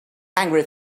angry